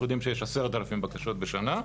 אנחנו יודעים שיש 10,000 בקשות בשנה,